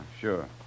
Sure